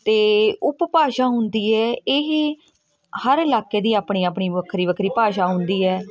ਅਤੇ ਉਪਭਾਸ਼ਾ ਹੁੰਦੀ ਹੈ ਇਹ ਹਰ ਇਲਾਕੇ ਦੀ ਆਪਣੀ ਆਪਣੀ ਵੱਖਰੀ ਵੱਖਰੀ ਭਾਸ਼ਾ ਹੁੰਦੀ ਹੈ